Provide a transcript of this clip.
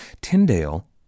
Tyndale